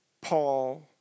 Paul